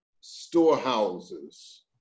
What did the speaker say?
storehouses